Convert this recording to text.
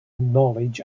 knowledge